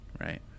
right